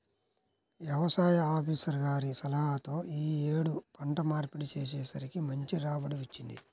యవసాయ ఆపీసర్ గారి సలహాతో యీ యేడు పంట మార్పిడి చేసేసరికి మంచి రాబడి వచ్చింది